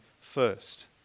first